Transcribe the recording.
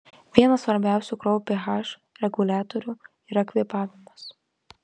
vienas svarbiausių kraujo ph reguliatorių yra kvėpavimas